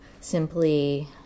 simply